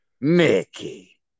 Mickey